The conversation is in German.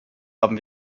haben